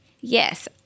Yes